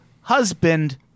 husband